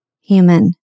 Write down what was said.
human